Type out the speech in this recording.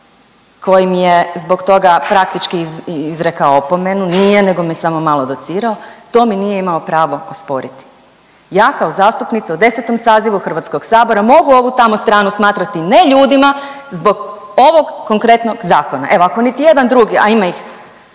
koji mi je zbog toga praktički izrekao opomenu, nije, nego me samo malo docirao, to mi nije imao pravo osporiti. Ja kao zastupnica u 10. sazivu HS mogu ovu tamo stranu smatrati neljudima zbog ovog konkretnog zakona, evo ako niti jedan drugi, a ima ih